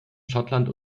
schottland